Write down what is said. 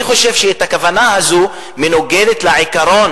אני חושב שהכוונה הזאת מנוגדת לעקרון